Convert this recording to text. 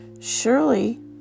surely